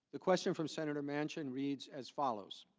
the question from senator mansion reads as follows,